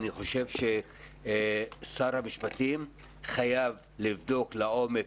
אני חושב ששר המשפטים חייב לבדוק לעומק